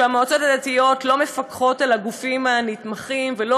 שהמועצות הדתיות לא מפקחות על הגופים הנתמכים ולא